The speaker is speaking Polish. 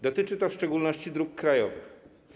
Dotyczy to w szczególności dróg krajowych.